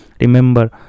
Remember